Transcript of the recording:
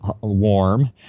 warm